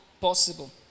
possible